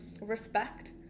respect